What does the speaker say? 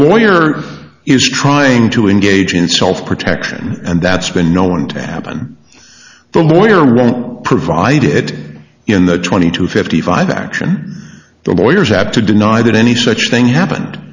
lawyer is trying to engage in self protection and that's been known to happen the lawyer won't provide it in the twenty to fifty five action the lawyers have to deny that any such thing happened